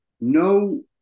No